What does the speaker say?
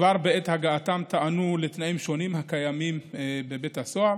כבר בעת הגעתם טענו לתנאים שונים הקיימים בבית הסוהר